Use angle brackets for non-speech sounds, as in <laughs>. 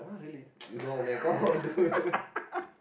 <laughs>